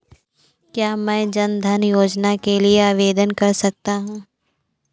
क्या मैं जन धन योजना के लिए आवेदन कर सकता हूँ?